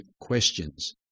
questions